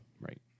Right